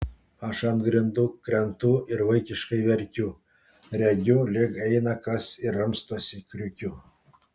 aš ant grindų krentu ir vaikiškai verkiu regiu lyg eina kas ir ramstosi kriukiu